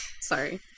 Sorry